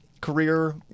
career